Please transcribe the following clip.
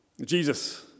Jesus